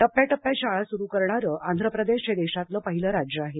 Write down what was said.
टप्प्या टप्प्यात शाळा सुरू करणारं आंध्र प्रदेश हे देशातलं पहिलं राज्य आहे